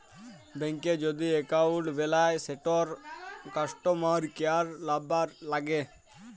ব্যাংকে যদি এক্কাউল্ট বেলায় সেটর কাস্টমার কেয়ার লামবার ল্যাগে